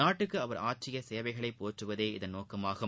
நாட்டுக்கு அவர் ஆற்றிய சேவைகளை போற்றுவதே இதன் நோக்கமாகும்